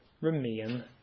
remain